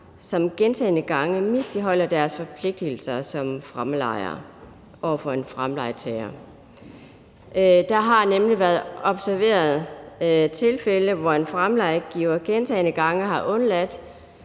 som gentagne gange misligholder sine forpligtigelser som fremlejer over for en fremlejetager. Der har nemlig været observeret tilfælde, hvor en fremlejegiver gentagne gange har undladt